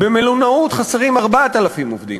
במלונאות חסרים 4,000 עובדים,